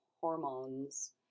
hormones